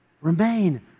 Remain